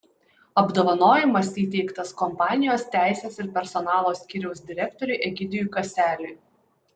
apdovanojimas įteiktas kompanijos teisės ir personalo skyriaus direktoriui egidijui kaseliui